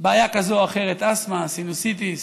בעיה כזו או אחרת, אסטמה, סינוסיטיס,